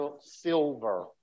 Silver